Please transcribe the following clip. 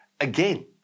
again